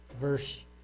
verse